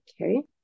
okay